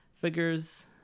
figures